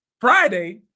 Friday